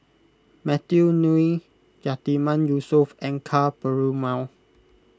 Matthew Ngui Yatiman Yusof and Ka Perumal